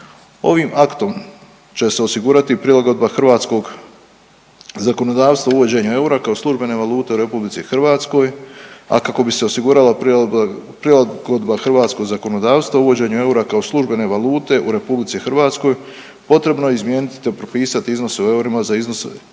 Ovim aktom će se osigurati prilagodba hrvatskog zakonodavstva uvođenje eura kao službene valute u RH, a kako bi se osigurala prilagodba hrvatskog zakonodavstva uvođenju eura kao službene valute u RH potrebno je izmijeniti te propisati iznose u eurima za iznos